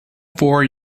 four